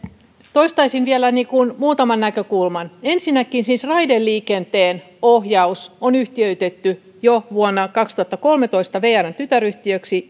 toistaisin vielä muutaman näkökulman ensinnäkin siis raideliikenteen ohjaus on yhtiöitetty jo vuonna kaksituhattakolmetoista vrn tytäryhtiöksi